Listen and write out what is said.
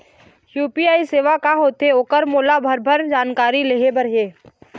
UPI सेवा का होथे ओकर मोला भरभर जानकारी लेहे बर हे?